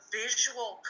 visual